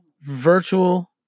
virtual